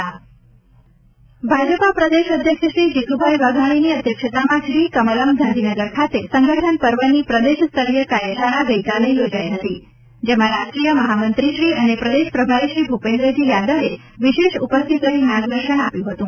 સદસ્યતા ભાજપા પ્રદેશ અધ્યક્ષશ્રી જીત્રભાઇ વાઘાણીની અધ્યક્ષતામાં શ્રી કમલમ ગાંધીનગર ખાતે સંગઠન પર્વ ની પ્રદેશ સ્તરીય કાર્યશાળા ગઈકાલે યોજાઇ હતી જેમાં રાષ્ટ્રીય મહામંત્રીશ્રી અને પ્રદેશ પ્રભારીશ્રી ભુપેન્દ્રજી યાદવે વિશેષ ઉપસ્થિત રહી માર્ગદર્શન આપ્યુ હતુ